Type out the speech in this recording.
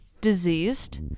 diseased